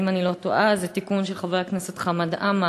אם אני לא טועה, זה תיקון של חבר הכנסת חמד עמאר,